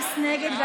אין מתנגדים,